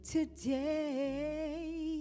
today